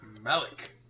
Malik